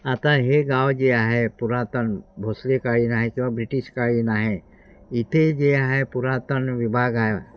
आता हे गाव जे आहे पुरातन भोसलेकालीन आहे किंवा ब्रिटिशकालीन आहे इथे जे आहे पुरातन विभाग आहे